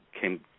came